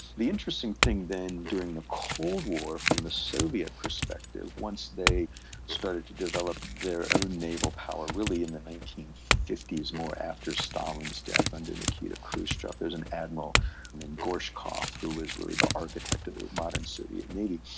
the interesting thing then during the cold war from the soviet perspective, once they started to develop their own naval power really in the nineteen fifty s, more after stalin's death, under nikita khrushchev there's an admiral named gorshkov who was really the architect of the modern soviet navy.